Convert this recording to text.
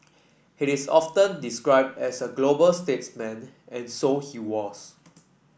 he is often described as a global statesman and so he was